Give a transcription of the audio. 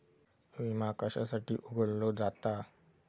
विमा कशासाठी उघडलो जाता?